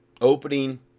opening